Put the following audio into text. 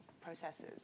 processes